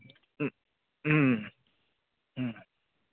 ꯎꯝ ꯎꯝ ꯎꯝ